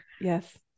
Yes